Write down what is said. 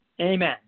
Amen